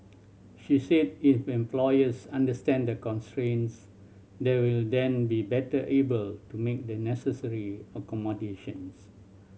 she said if employers understand the constraints they will then be better able to make the necessary accommodations